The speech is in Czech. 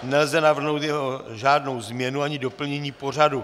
Nelze navrhnout žádnou změnu ani doplnění pořadu.